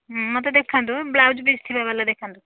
ମୋତେ ଦେଖାନ୍ତୁ blouse piece ଥିବାବାଲା ଦେଖାନ୍ତୁ